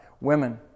women